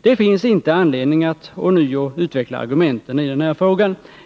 Det finns inte anledning att ånyo utveckla argumenten i den här frågan.